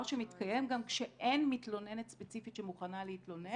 שמתקיים גם כשאין מתלוננת ספציפית שמוכנה להתלונן